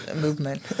movement